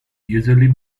usually